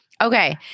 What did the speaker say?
Okay